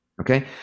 Okay